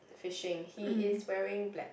fishing he is wearing black